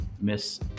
Miss